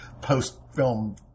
post-film